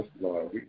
Lord